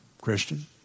Christian